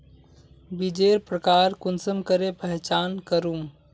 बीजेर प्रकार कुंसम करे पहचान करूम?